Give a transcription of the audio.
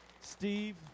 Steve